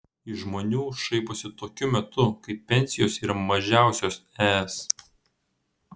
iš žmonių šaiposi tokiu metu kai pensijos yra mažiausios es